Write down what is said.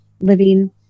living